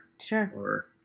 Sure